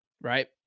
right